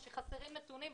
או שחסרים נתונים,